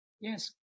Yes